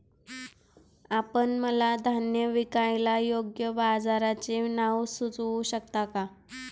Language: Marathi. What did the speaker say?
आपण मला धान्य विकायला योग्य बाजाराचे नाव सुचवू शकता का?